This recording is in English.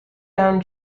down